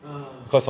a'ah